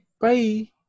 bye